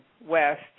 west